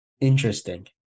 Interesting